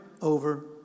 over